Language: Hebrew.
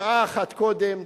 ויפה שעה אחת קודם,